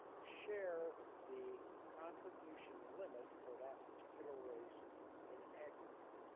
share the contribution limit for that particular race in aggregate